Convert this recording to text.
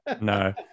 no